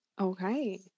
Okay